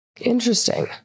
Interesting